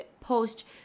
post